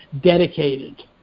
dedicated